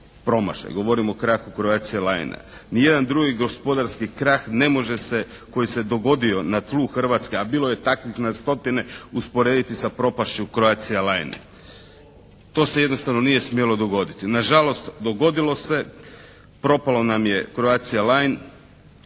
promašaj. Govorim o krahu "Croatia Line-a". Nijedan drugi gospodarski krah ne može se koji se dogodio na tlu Hrvatske a bilo je takvih na stotine usporediti sa propašću "Croatia Lina-e". To se jednostavno nije smjelo dogoditi. Nažalost dogodilo se. Propalo nam je "Croatia